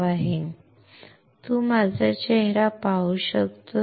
आता तू माझा चेहरा पाहू शकतोस का